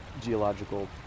geological